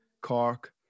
Cork